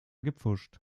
gepfuscht